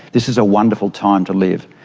this is a wonderful time to live,